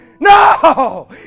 No